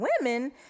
women